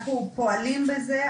אנחנו פועלים בזה,